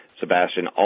Sebastian